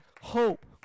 hope